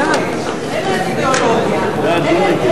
אין להם אידיאולוגיה.